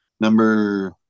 Number